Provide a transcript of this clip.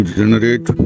generate